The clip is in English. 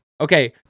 Okay